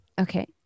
Okay